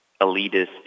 elitist